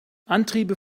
antriebe